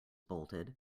bolted